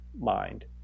mind